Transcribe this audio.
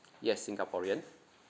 yes singaporean